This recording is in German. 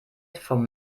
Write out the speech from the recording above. vom